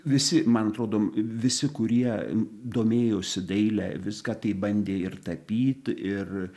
visi man atrodom visi kurie domėjosi daile viską tai bandė ir tapyti ir